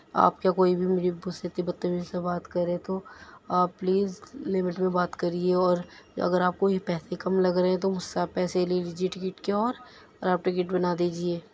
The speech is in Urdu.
آپ کیا کوئی بھی میرے ابو سے اتی بدتمیزی سے بات کرے تو آپ پلیز لِمٹ میں بات کرئیے اور اگر آپ کو یہ پیسے کم لگ رہے ہیں تو مجھ سے آپ پیسے لے لیجئے ٹکٹ اور اور آپ ٹکٹ بنا دیجئے